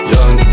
Young